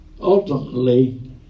Ultimately